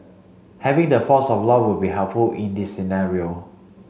having the force of law would be helpful in the scenario